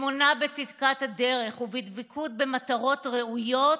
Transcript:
באמונה בצדקת הדרך ובדבקות במטרות ראויות,